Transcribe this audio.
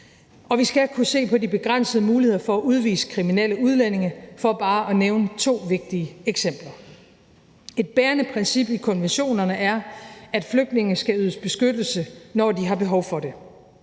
og vi skal kunne se på de begrænsede muligheder for at udvise kriminelle udlændinge – for bare at nævne to vigtige eksempler. Kl. 22:51 Et bærende princip i konventionerne er, at flygtninge skal ydes beskyttelse, når de har behov for det.